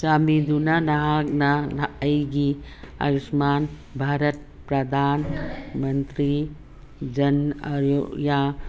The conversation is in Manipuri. ꯆꯥꯟꯕꯤꯗꯨꯅ ꯅꯍꯥꯛꯅ ꯑꯩꯒꯤ ꯑꯌꯨꯁꯃꯥꯟ ꯚꯥꯔꯠ ꯄ꯭ꯔꯥꯗꯥꯟ ꯃꯟꯇ꯭ꯔꯤ ꯖꯟ ꯑꯌꯣꯌꯥ